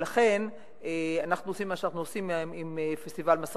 ולכן אנחנו עושים מה שאנחנו עושים עם פסטיבל "מסרחיד",